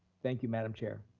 thank you, madam chair.